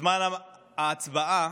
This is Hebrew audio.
בזמן ההצבעה